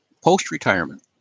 post-retirement